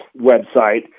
website